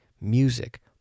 music